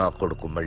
ah political but